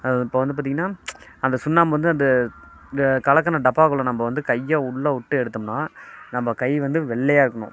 அதை இப்போ வந்து பார்த்தீங்கன்னா அந்த சுண்ணாம்பு வந்து அந்த இந்த கலக்கின டப்பாக்குள்ளே நம்ம வந்து கையை உள்ளே விட்டு எடுத்தோம்னால் நம்ம கை வந்து வெள்ளையாக இருக்கணும்